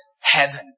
heaven